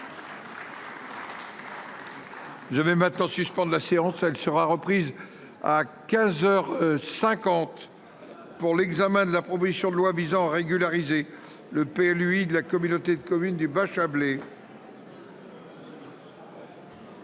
Je vais maintenant suspendre la séance elle sera reprise. À 15h 50. Pour l'examen de la proposition de loi visant à régulariser le père lui de la communauté de communes du Chablais.